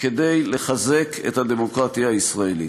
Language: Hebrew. כדי לחזק את הדמוקרטיה הישראלית.